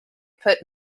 put